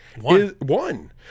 One